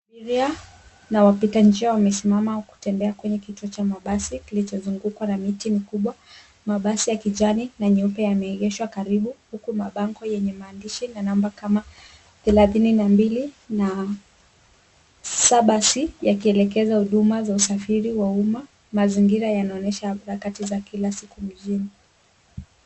Watu, wakiwemo wapita njia, wamesimama au wanatembea kwenye kituo cha mabasi kilichozungukwa na miti mikubwa. Mabasi ya kijani na meupe yameegeshwa karibu, huku mabango ya kuongoza na nambari kama kielekezo cha dini na mbili na saba yakionyesha ratiba na huduma za usafiri wa umma. Mazingira haya yanaonyesha shughuli za kawaida za kila siku za abiria.